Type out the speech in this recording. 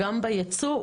גם בייצוא,